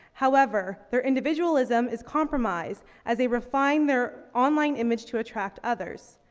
however, their individualism is compromised as they refine their online image to attract others.